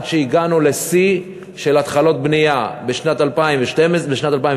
עד שהגענו לשיא של התחלות בנייה בשנת 2011,